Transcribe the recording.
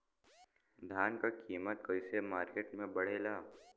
धान क कीमत कईसे मार्केट में बड़ेला?